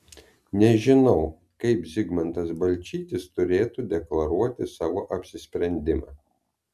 nežinau kaip zigmantas balčytis turėtų deklaruoti savo apsisprendimą